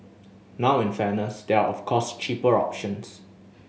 now in fairness there are of course cheaper options